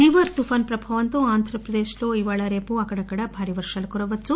నివార్ తుఫాను ప్రభావంతో ఆంధ్రప్రదేశ్లో ఇవాళ రేపు అక్కడక్కడా భారీ వర్షాలు కురవొచ్చు